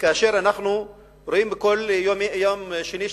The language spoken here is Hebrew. כאשר אנחנו רואים בכל יום שני-שלישי,